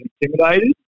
intimidated